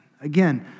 Again